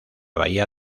bahía